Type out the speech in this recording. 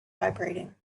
vibrating